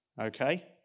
Okay